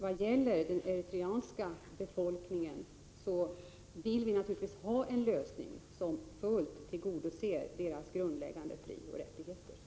Vad gäller den eritreanska befolkningen vill vi naturligtvis ha en lösning som fullt tillgodoser dess grundläggande frioch rättigheter.